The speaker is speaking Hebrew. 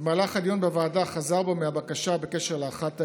במהלך הדיון בוועדה חזר בו מהבקשה בקשר לאחת העילות,